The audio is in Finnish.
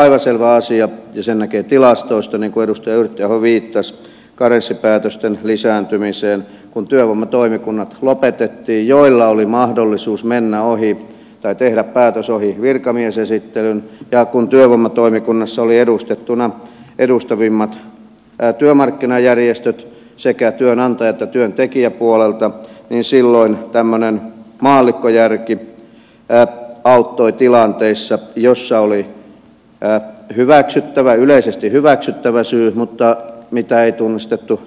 on aivan selvä asia ja sen näkee tilastoista niin kuin edustaja yrttiaho viittasi karenssipäätösten lisääntyminen kun työvoimatoimikunnat lopetettiin joilla oli mahdollisuus tehdä päätös ohi virkamiesesittelyn ja kun työvoimatoimikunnassa oli edustettuna edustavimmat työmarkkinajärjestöt sekä työnantaja että työntekijäpuolelta niin silloin tämmöinen maallikkojärki auttoi tilanteissa joissa oli yleisesti hyväksyttävä syy mitä ei tunnistettu